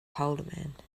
haldimand